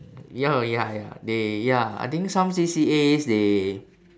ya lor ya ya they ya I think some C_C_As they